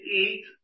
eat